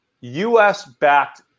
US-backed